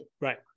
Right